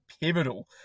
pivotal